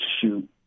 shoot